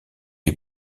est